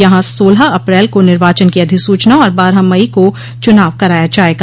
यहां सोलह अप्रैल को निर्वाचन की अधिसूचना और बारह मई को चुनाव कराया जायेगा